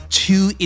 two